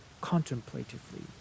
contemplatively